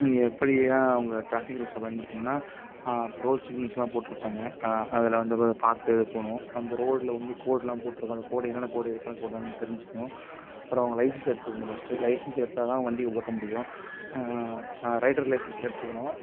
எப்படிலாம் அவங்க ட்ராஃபிக் ரூல்ஸை பயன்படுத்தணும்னா ப்ரோல்ச்சிங்க்ஸ்லாம் போட்டுருப்பாங்கள் அதில் வந்து இப்போ பார்த்துப் போகணும் அந்த ரோட்ல வந்து கோடெலாம் போட்டிருக்கும் அந்த கோடு என்னென்ன கோடு எதுக்கான கோடுன்னு தெரிஞ்சிக்கணும் அப்புறம் அவங்க லைசென்ஸை எடுத்துக்கணும் ஃபஸ்ட்டு லைசென்ஸ் எடுத்தால் தான் வண்டி ஓட்ட முடியும் ரைடர் லைசென்ஸும் எடுத்துக்கணும்